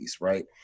right